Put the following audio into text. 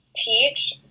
Teach